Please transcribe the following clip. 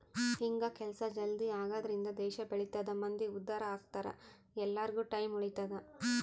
ಹಿಂಗ ಕೆಲ್ಸ ಜಲ್ದೀ ಆಗದ್ರಿಂದ ದೇಶ ಬೆಳಿತದ ಮಂದಿ ಉದ್ದಾರ ಅಗ್ತರ ಎಲ್ಲಾರ್ಗು ಟೈಮ್ ಉಳಿತದ